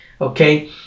okay